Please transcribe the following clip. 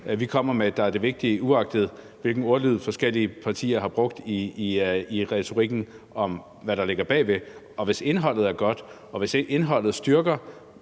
vi kommer med, der er det vigtige, uagtet hvilken ordlyd forskellige partier har brugt i retorikken om, hvad der ligger bagved? Og hvis indholdet er godt og hvis indholdet styrker